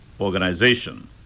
organization